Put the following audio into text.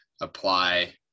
apply